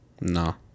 No